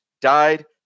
died